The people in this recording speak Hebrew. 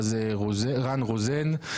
רן רוזן,